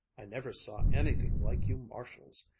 i never saw anything like you marshalls!